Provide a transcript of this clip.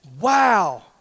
wow